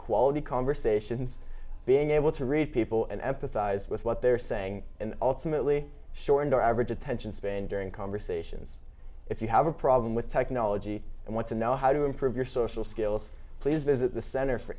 quality conversations being able to read people and empathize with what they're saying and ultimately shortened our average attention span during conversations if you have a problem with technology and want to know how to improve your social skills please visit the center for